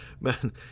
man